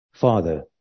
father